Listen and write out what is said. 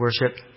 worship